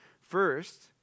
First